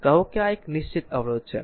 કહો કે આ એક નિશ્ચિત અવરોધ છે